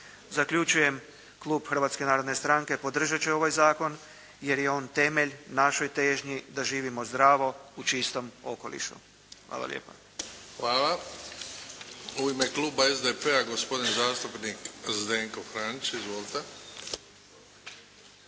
Zaključujem. Klub Hrvatske narodne stranke podržati će ovaj zakon jer je on temelj našoj težnji da živimo zdravo u čistom okolišu. Hvala lijepa. **Bebić, Luka (HDZ)** Hvala. U ime kluba SDP-a, gospodin zastupnik Zdenko Franić. Izvolite.